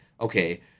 okay